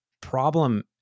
problem